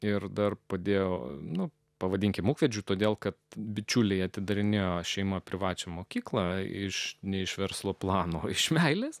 ir dar padėjo na pavadinkime ūkvedžiu todėl kad bičiuliai atidarinėjo šeima privačią mokyklą iš ne iš verslo plano iš meilės